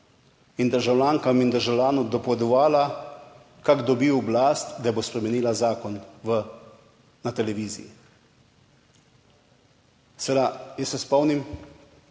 in državljankam in državljanom dopovedovala, kako dobi oblast, da bo spremenila zakon na televiziji. Seveda, jaz se spomnim,